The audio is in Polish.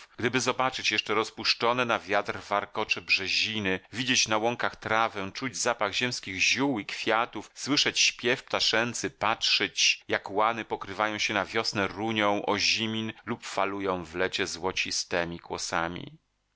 gdyby zobaczyć jeszcze rozpuszczone na wiatr warkocze brzeziny widzieć na łąkach trawę czuć zapach ziemskich ziół i kwiatów słyszeć śpiew ptaszęcy patrzyć jak łany pokrywają się na wiosnę runią ozimin lub falują w lecie złocistemi kłosami